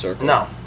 no